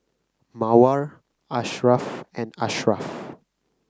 Mawar Asharaff and Ashraff